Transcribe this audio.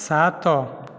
ସାତ